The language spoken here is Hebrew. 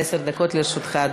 עד עשר דקות לרשותך.